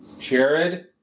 Jared